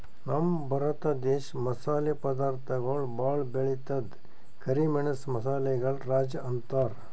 ನಮ್ ಭರತ ದೇಶ್ ಮಸಾಲೆ ಪದಾರ್ಥಗೊಳ್ ಭಾಳ್ ಬೆಳಿತದ್ ಕರಿ ಮೆಣಸ್ ಮಸಾಲೆಗಳ್ ರಾಜ ಅಂತಾರ್